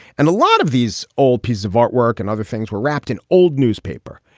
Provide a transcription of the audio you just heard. and a lot of these old piece of artwork and other things were wrapped in old newspaper.